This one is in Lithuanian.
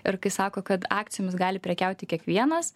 ir kai sako kad akcijomis gali prekiauti kiekvienas